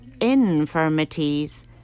infirmities